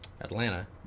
Atlanta